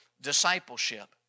discipleship